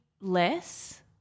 less